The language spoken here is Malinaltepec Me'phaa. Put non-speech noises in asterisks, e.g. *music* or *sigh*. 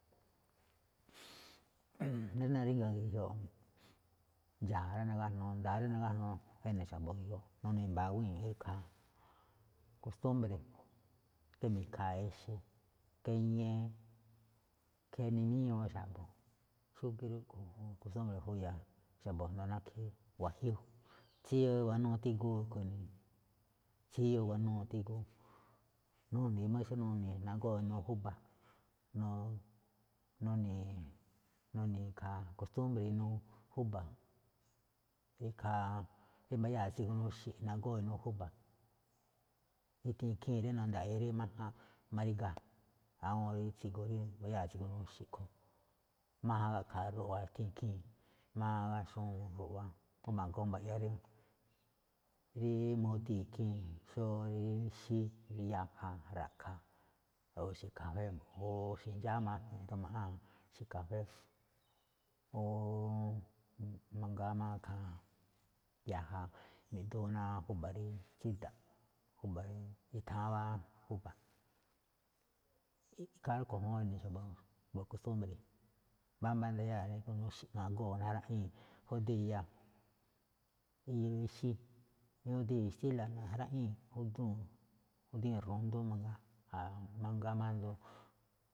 *noise* rí naríga̱ ge̱jioꞌ, ndxa̱a̱ rí nagájnuu nda̱a̱ rí nagájnuu ene̱ xa̱bo̱ ge̱jioꞌ, nuni̱i̱ mba̱a̱ guéño rí ikhaa, kostúmbre̱, mi̱khaa̱ ixe̱, ke ñee, ke nimíñuu xa̱bo̱, xúgíí rúꞌkhue̱n juun kostúmbre̱ juya̱ xa̱bo̱ asndo nákhí wajiúú, *noise* tsíyuu waná tígúu rúꞌkhue̱n inii̱, tsíyuu waná tígúu rúꞌkhue̱n, nuni̱i̱ xómá nuni̱i̱ nagóo̱ inuu júba̱, *noise* nuni̱i̱ e̱je̱n, nuni̱i̱ ikhaa kostúmbre inuu júba̱, ikhaa rí mbayáa̱ tsigu nuxe̱ꞌ, nagóo̱ inuu júba̱. Nuthée̱n ikhii̱n rí nu̱nda̱ꞌe̱e̱ rí máján maríga̱ awúun ndayáa̱ tsigu nuxe̱ꞌ a̱ꞌkhue̱n. Máján gáꞌkha̱a̱ ruꞌwa ithee̱n ikhii̱n, máján gáxnúu ruꞌwa, jngó ma̱goo mba̱ꞌya rí *hesitation* mudii̱ ikhii̱n xó rí ixí, iyáa̱, ra̱ꞌkha̱ o ixe̱ kafée *noise* mbo̱ꞌ o ixe̱ ndxáma mi̱ꞌdu maꞌáa̱n ixe̱ kafée *noise* o *hesitation* mangaa máꞌ ikhaa yaja, mi̱duu̱ ná ju̱ba̱ꞌ rí tsída̱ꞌ ju̱ba̱ꞌ rí i̱thaa̱án wáa júba. Ikhaa rúꞌkhue̱n ñajuun nune̱ xa̱bo̱ komo kostúmbre̱, mbámbá rí ndayáa̱ tsigu nuxe̱ꞌ, nagóo̱ najraꞌíi̱n judee̱ iya, iyoo ixí, judii̱n xtíla̱ najraꞌíi̱n judúu̱n, judii̱n rundú mangaa, mangaa máꞌ asndo.